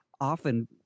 often